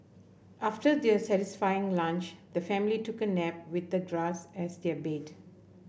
after their satisfying lunch the family took a nap with the grass as their bed